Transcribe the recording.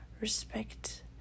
Respect